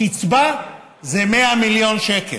בקצבה זה 100 מיליון שקל.